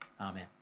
Amen